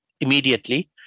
immediately